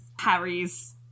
Harry's